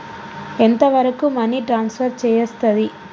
ఎంత వరకు money transfer చేయస్తది?